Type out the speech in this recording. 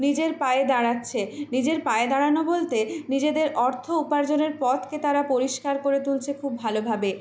নিজের পায়ে দাঁড়াচ্ছে নিজের পায়ে দাঁড়ানো বলতে নিজেদের অর্থ উপার্জনের পথকে তারা পরিষ্কার করে তুলছে খুব ভালোভাবে